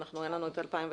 אין לי את הנתון הזה.